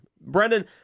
Brendan